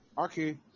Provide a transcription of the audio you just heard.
Okay